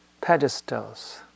pedestals